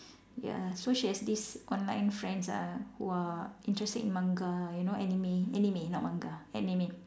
ya so she has these online friends ah who are interested in Manga you know anime anime not Manga anime